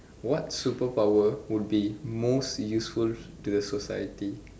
what superpower would be most useful to the society